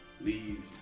leave